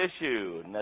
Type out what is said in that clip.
issue